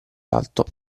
l’alto